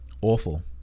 awful